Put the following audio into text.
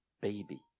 baby